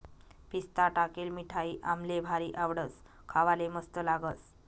पिस्ता टाकेल मिठाई आम्हले भारी आवडस, खावाले मस्त लागस